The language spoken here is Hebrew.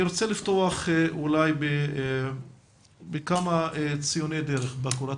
אני רוצה לפתוח בכמה ציוני דרך בקורות